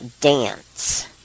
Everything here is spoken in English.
Dance